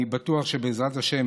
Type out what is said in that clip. אני בטוח שבעזרת השם,